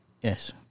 Yes